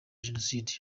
jenoside